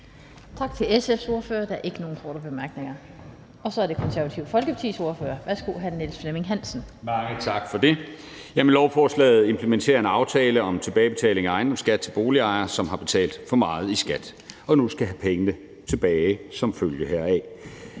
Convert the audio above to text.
Tak til SF's ordfører. Der er ikke nogen korte bemærkninger. Og så er det Det Konservative Folkepartis ordfører. Værsgo til hr. Niels Flemming Hansen. Kl. 18:58 (Ordfører) Niels Flemming Hansen (KF): Mange tak for det. Lovforslaget implementerer en aftale om tilbagebetaling af ejendomsskat til boligejere, som har betalt for meget i skat og nu skal have pengene tilbage som følge heraf.